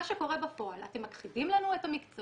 מה שקורה בפועל, אתם מכחידים לנו את המקצוע,